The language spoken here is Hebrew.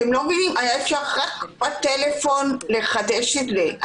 אתם לא מבינים אפשר היה רק בטלפון לחדש את זה.